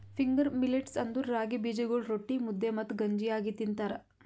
finger millets ಅಂದುರ್ ರಾಗಿ ಬೀಜಗೊಳ್ ರೊಟ್ಟಿ, ಮುದ್ದೆ ಮತ್ತ ಗಂಜಿ ಆಗಿ ತಿಂತಾರ